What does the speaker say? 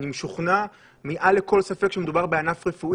משוכנע חד וחלק ומעל לכל ספק שמדובר בענף רפואי